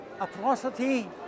atrocity